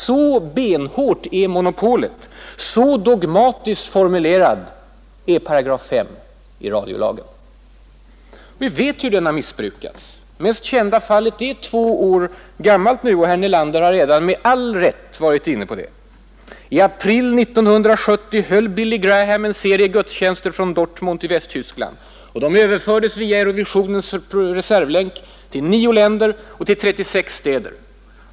Så benhårt är monopolet. Så dogmatiskt formulerad är 5 § i radiolagen. Vi vet hur den har missbrukats. Det mest kända fallet är nu två år gammalt. Herr Nelander har redan med all rätt varit inne på det. I april 1970 höll Billy Graham en serie gudstjänster från Dortmund i Västtyskland. De överfördes via Eurovisionens reservlänk till nio länder och 36 städer.